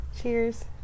Cheers